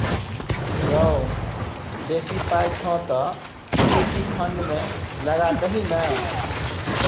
रौ बेसी पाय छौ तँ इक्विटी फंड मे लगा दही ने